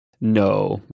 No